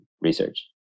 research